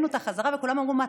העלינו אותה חזרה וכולם אמרו: מה,